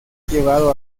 llevado